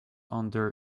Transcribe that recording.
under